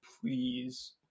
please